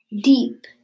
deep